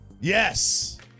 Yes